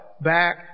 back